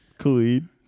Khalid